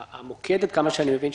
עד כמה שאני מבין,